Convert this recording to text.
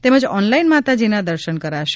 તેમજ ઓનલાઈન માતાજીના દર્શન કરાશે